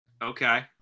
Okay